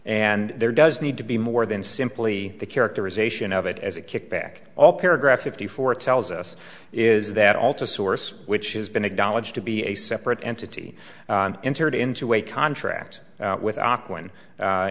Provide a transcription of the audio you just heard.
and there does need to be more than simply the characterization of it as a kickback all paragraph fifty four tells us is that all to source which has been acknowledged to be a separate entity entered into a contract with a